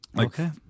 Okay